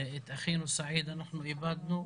את אחינו סעיד אנחנו איבדנו,